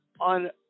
on